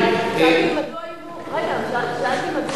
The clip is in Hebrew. אקבל תשובה